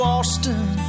Austin